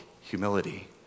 humility